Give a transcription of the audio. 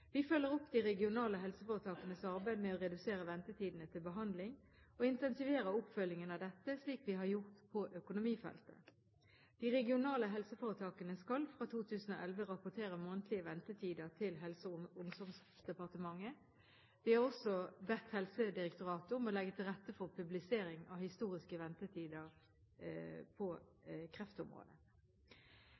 Vi følger opp de regionale helseforetakenes arbeid med å redusere ventetidene til behandling og intensiverer oppfølgingen av dette slik vi har gjort på økonomifeltet. De regionale helseforetakene skal fra 2011 rapportere månedlige ventetider til Helse- og omsorgsdepartementet. Vi har også bedt Helsedirektoratet om å legge til rette for publisering av historiske ventetider på kreftområdet.